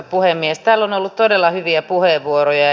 täällä on ollut todella hyviä puheenvuoroja